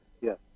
yes